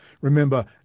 Remember